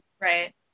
right